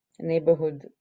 neighborhood